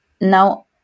now